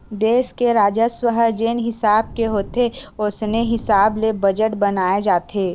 देस के राजस्व ह जेन हिसाब के होथे ओसने हिसाब ले बजट बनाए जाथे